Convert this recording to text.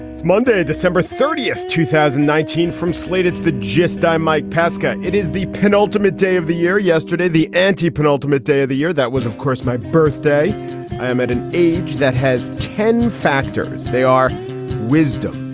it's monday, december thirtieth, two thousand and nineteen from slate's the gist. i'm mike pesca. it is the penultimate day of the year. yesterday, the ante penultimate day of the year. that was, of course, my birthday i am at an age that has ten factors. they are wisdom,